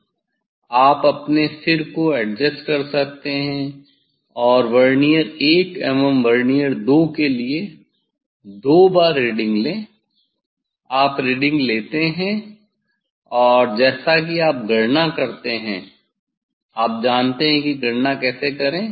आप अपने सिर को एडजस्ट कर सकते हैं और वर्नियर 1 एवं वर्नियर 2 के लिए दो बार रीडिंग लेI आप रीडिंग लेते हैं और जैसा कि आप जानते हैं कि गणना कैसे करें